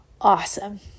awesome